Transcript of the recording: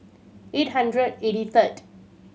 eight hundred eighty third